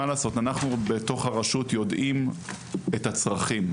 מה לעשות, אנחנו בתוך הרשות יודעים את הצרכים.